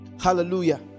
hallelujah